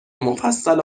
مفصل